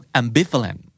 ambivalent